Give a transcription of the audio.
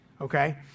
okay